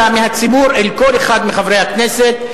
לעיתונאים יש חסינות יותר מאשר לחברי כנסת.